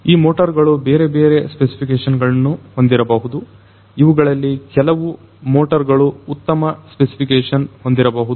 ಈ ಮೋಟಾರ್ ಗಳು ಬೇರೆ ಬೇರೆ ಸ್ಪೆಸಿಫಿಕೇಶನ್ ಗಳನ್ನು ಹೊಂದಿರಬಹುದು ಇವುಗಳಲ್ಲಿ ಕೆಲವು ಮೋಟರ್ ಗಳು ಉತ್ತಮ ಸ್ಪೆಸಿಫಿಕೇಶನ್ ಹೊಂದಿರಬಹುದು